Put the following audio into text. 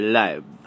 live